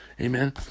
Amen